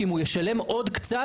שאם הוא ישלם עוד קצת,